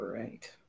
right